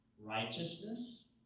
righteousness